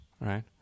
Right